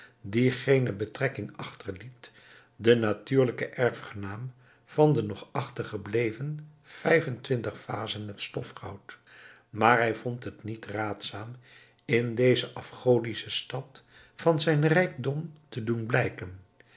die geene betrekkingen achterliet de natuurlijke erfgenaam van de nog achtergebleven vijf en twintig vazen met stofgoud maar hij vond het niet raadzaam in deze afgodische stad van zijn rijkdom te doen blijken